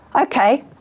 okay